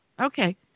Okay